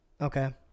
Okay